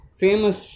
famous